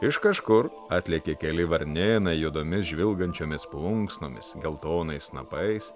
iš kažkur atlėkė keli varnėnai juodomis žvilgančiomis plunksnomis geltonais snapais